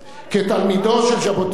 כתלמידו של ז'בוטינסקי,